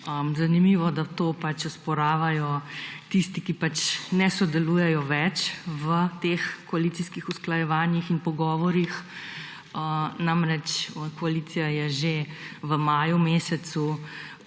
Zanimivo, da to osporavajo tisti, ki ne sodelujejo več v teh koalicijskih usklajevanjih in pogovorih. Namreč, koalicija je že v mesecu